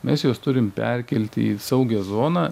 mes juos turim perkelti į saugią zoną